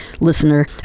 listener